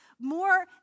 more